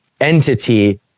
entity